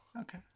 Okay